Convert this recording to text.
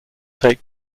take